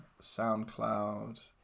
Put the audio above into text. SoundCloud